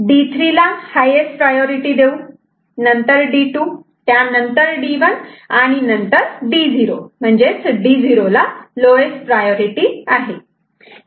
D3 ला highest priority देऊ नंतर D2 त्यानंतर D1 आणि नंतर D0 म्हणजेच D0 ला लोवेस्ट प्रायॉरिटी आहे